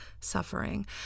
suffering